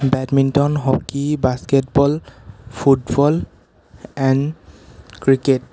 badminton hockey basketball football and cricket